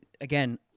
again